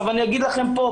עכשיו אני אגיד לכם פה,